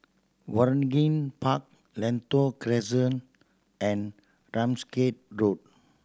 Waringin Park Lentor Crescent and Ramsgate Road